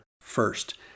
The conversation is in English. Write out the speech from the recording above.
first